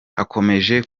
hakomeje